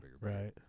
Right